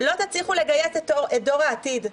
לא תצליחו לגייס את דור העתיד,